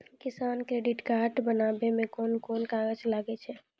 किसान credit card बनाबै मे कोन कोन कागज लागै छै?